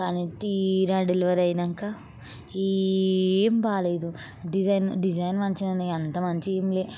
కానీ తీరా డెలివరీ అయినాక ఎం బాగలేదు డిజైన్ డిజైన్ మంచిగా ఉంది అంత మంచిగా ఏమిలేదు